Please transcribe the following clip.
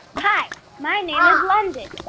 hi. my name is london,